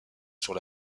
sur